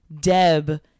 Deb